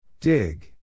Dig